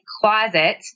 closet